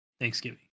Thanksgiving